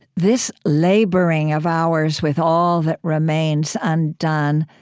this laboring of ours with all that remains undone,